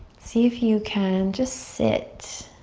see if you can just sit,